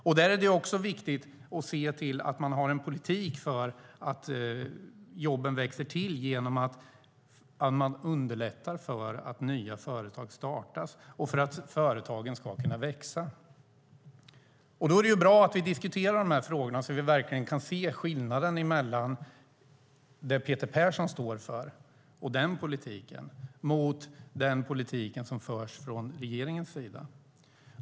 Då är det viktigt att man har en politik så att jobben växer till. Det är viktigt att man underlättar för att nya företag ska kunna startas och för att företagen ska kunna växa. Då är det bra att vi diskuterar dessa frågor så att vi verkligen kan se skillnaden mellan den politik som Peter Persson står för och den politik som förs från regeringens sida.